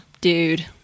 dude